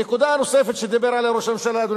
הנקודה הנוספת שראש הממשלה דיבר עליה,